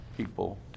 people